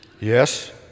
Yes